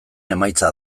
emaitza